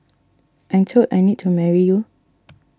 I'm told I need to marry you